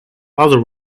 other